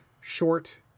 short